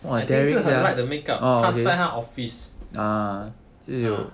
是很 light the makeup 在她 office